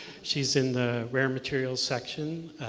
she's in the rare materials section,